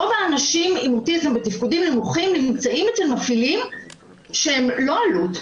רוב האנשים עם אוטיזם בתפקודים נמוכים נמצאים אצל מפעילים שהם לא אלו"ט,